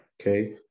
Okay